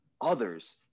others